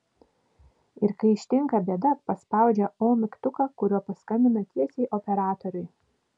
ir kai ištinka bėda paspaudžia o mygtuką kuriuo paskambina tiesiai operatoriui